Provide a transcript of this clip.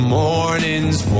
morning's